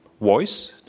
voice